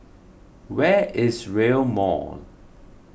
where is Rail Mall